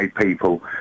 people